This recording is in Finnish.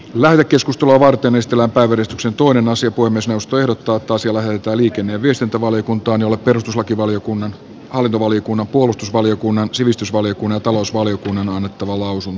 lähetekeskustelua varten estellä päivystyksen tuoden asia kuin myös osto ja tuotos ja lähetetään liikenne ja viestintävaliokuntaan jolle perustuslakivaliokunnan hallintovaliokunnan puolustusvaliokunnan sivistysvaliokunnan ja talousvaliokunnan on annettava lausunto